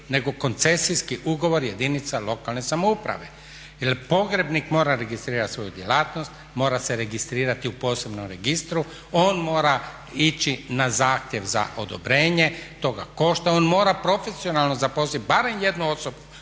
nego koncesijski ugovor jedinica lokalne samouprave jer pogrebni mora registrirati svoju djelatnost, mora se registrirati u posebnom registru, on mora ići na zahtjev za odobrenje toga košta, on mora profesionalno zaposliti barem jednu osobu